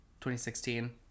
2016